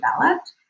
developed